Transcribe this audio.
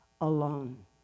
alone